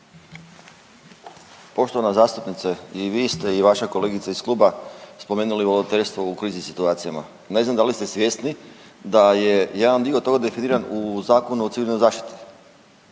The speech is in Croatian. Poštovana zastupnice, i vi ste i vaša kolegica iz kluba spomenuli volonterstvo u kriznim situacijama. Ne znam da li ste svjesni da je jedan dio toga definiran u Zakonu o civilnoj zaštiti.